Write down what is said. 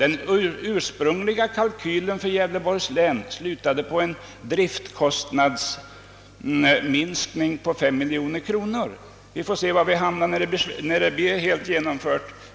Den ursprungliga kalkylen för Gävleborgs län innebar en driftkostnadsminskning på 5 miljoner kronor, och vi får se vad den slutliga summan blir.